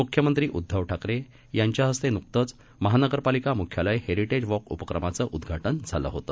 मुख्यमंत्री उद्धव ठाकरे यांच्या हस्ते नुकतंच बृहन्मुंबई महानगरपालिका मुख्यालय हेरिटेज वॉक उपक्रमाचं उद्घघाटन झालं होत